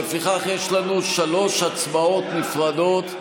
ולפיכך יש לנו שלוש הצבעות נפרדות,